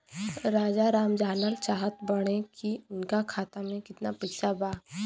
राजाराम जानल चाहत बड़े की उनका खाता में कितना पैसा बा?